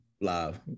live